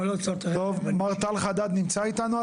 טוב, מר טל חדד נמצא איתנו על